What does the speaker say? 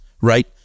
Right